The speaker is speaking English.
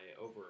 over